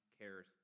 cares